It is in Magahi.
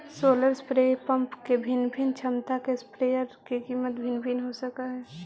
सोलर स्प्रे पंप के भिन्न भिन्न क्षमता के स्प्रेयर के कीमत भिन्न भिन्न हो सकऽ हइ